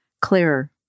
clearer